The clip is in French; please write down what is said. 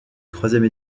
troisième